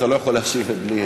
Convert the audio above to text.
אתה לא יכול להשיב בלי,